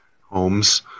Holmes